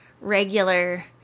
regular